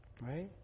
Right